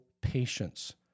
patience